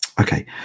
Okay